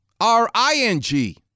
R-I-N-G